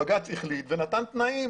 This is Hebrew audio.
בג"ץ החליט ונתן תנאים.